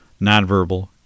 nonverbal